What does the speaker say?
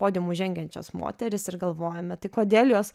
podiumu žengiančias moteris ir galvojame tai kodėl jos